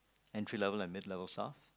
entry level and mid level stuff